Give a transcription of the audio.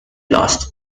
lost